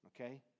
okay